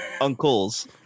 uncles